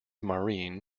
maureen